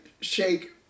shake